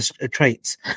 traits